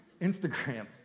Instagram